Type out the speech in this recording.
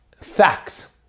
facts